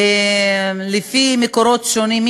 לפי מקורות שונים,